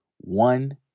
one